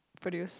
produce